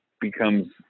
becomes